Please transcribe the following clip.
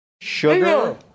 sugar